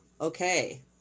okay